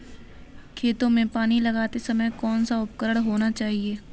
खेतों में पानी लगाते समय कौन सा उपकरण होना चाहिए?